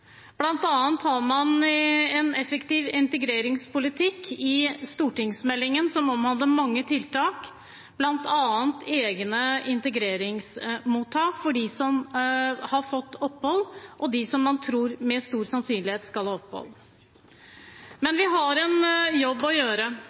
har tatt noen viktige grep. Blant annet har man en effektiv integreringspolitikk i stortingsmeldingen som omhandler mange tiltak, bl.a. egne integreringsmottak for dem som har fått opphold, og for dem som man tror med stor sannsynlighet skal ha opphold. Men